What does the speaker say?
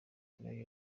koreya